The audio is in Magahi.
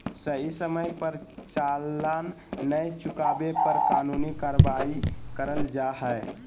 सही समय पर चालान नय चुकावे पर कानूनी कार्यवाही करल जा हय